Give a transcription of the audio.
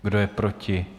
Kdo je proti?